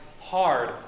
hard